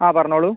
ആ പറഞ്ഞോളു